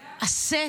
הסט?